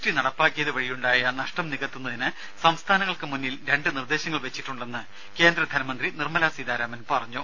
T നടപ്പാക്കിയത് വഴിയുണ്ടായ നഷ്ടം നികത്തുന്നതിന് സംസ്ഥാനങ്ങൾക്കു മുന്നിൽ രണ്ട് നിർദേശങ്ങൾ വെച്ചിട്ടുണ്ടെന്ന് കേന്ദ്ര ധനമന്ത്രി നിർമല സീതാരാമൻ പറഞ്ഞു